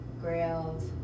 Grails